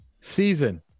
season